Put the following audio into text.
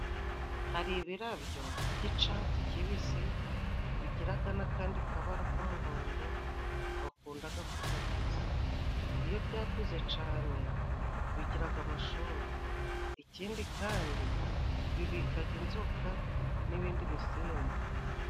Hari ibirabyo by'icatsi kibisi bigiraga n'akandi kabara k'umuhondo bakundaga kuzitiza, iyo byakuze cane bigiraga amashubi ikindi kandi bibikaga inzoka n'ibindi bisimba.